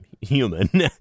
human